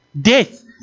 Death